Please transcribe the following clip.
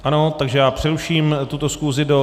Ano, takže já přeruším tuto schůzi do...